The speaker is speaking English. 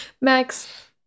Max